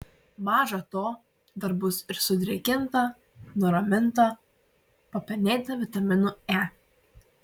maža to dar bus ir sudrėkinta nuraminta papenėta vitaminu e